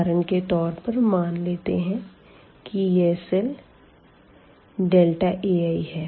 उदाहरण के तौर पर मान लेते है कि यह सेल Ai है